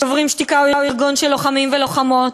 "שוברים שתיקה" הוא ארגון של לוחמים ולוחמות,